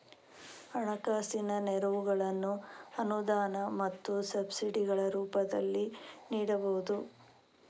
ಹಣಕಾಸಿನ ನೆರವುಗಳನ್ನು ಅನುದಾನ ಮತ್ತು ಸಬ್ಸಿಡಿಗಳ ರೂಪದಲ್ಲಿ ನೀಡಬಹುದು